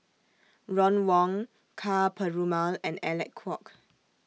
Ron Wong Ka Perumal and Alec Kuok